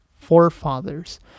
forefathers